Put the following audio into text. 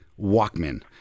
Walkman